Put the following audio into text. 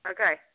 Okay